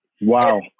Wow